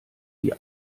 die